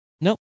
Nope